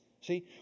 See